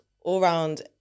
all-round